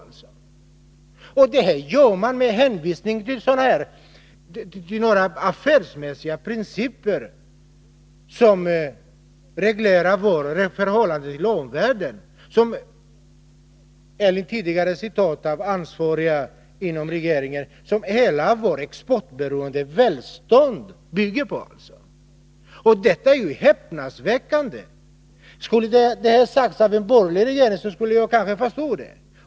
Detta sker med hänvisning till några slags affärsmässiga principer, som reglerar vårt förhållande till omvärlden och, som ansvariga inom regeringen har sagt, som hela vårt exportberoende välstånd bygger på. Detta är häpnadsväckande. Skulle detta ha sagts av en borgerlig regering skulle jag kanske förstå det.